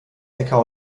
äcker